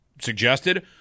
suggested